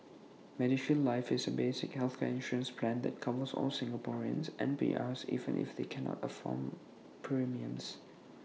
medishield life is A basic healthcare insurance plan that covers all Singaporeans and PRs even if they cannot afford premiums